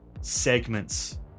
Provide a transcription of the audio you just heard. segments